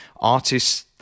artists